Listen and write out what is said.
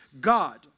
God